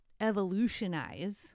evolutionize